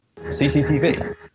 CCTV